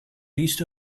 list